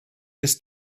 ist